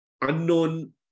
unknown